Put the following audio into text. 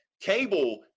Cable